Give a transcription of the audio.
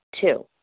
Two